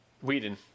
Whedon